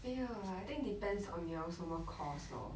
没有 lah I think depends on 你要什么 course lor